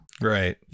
Right